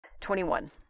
Twenty-one